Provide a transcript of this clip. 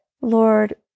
Lord